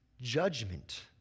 judgment